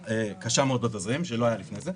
זה לא תירוץ,